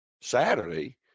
Saturday